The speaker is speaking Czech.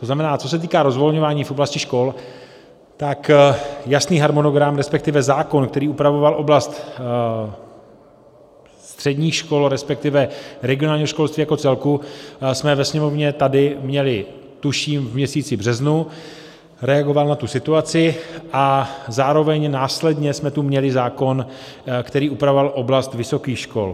To znamená, co se týká rozvolňování v oblasti škol, jasný harmonogram, respektive zákon, který upravoval oblast středních škol, respektive regionálního školství jako celku, jsme ve Sněmovně tady měli, tuším, v měsíci březnu, reagoval na tu situaci, a zároveň následně jsme tu měli zákon, který upravoval oblast vysokých škol.